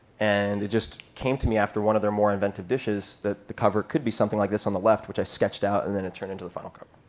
and it just came to me after one of their more inventive dishes that the cover could be something like this on the left, which i sketched out. and then it turned into the final cover.